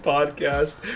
Podcast